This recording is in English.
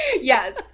Yes